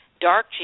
dark